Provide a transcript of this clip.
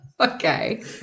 Okay